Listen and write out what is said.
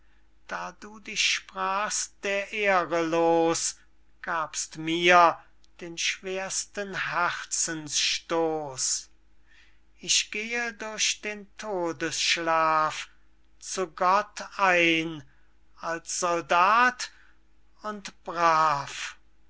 da du dich sprachst der ehre los gabst mir den schwersten herzensstoß ich gehe durch den todesschlaf zu gott ein als soldat und brav